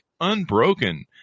Unbroken